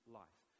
life